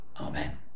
Amen